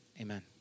amen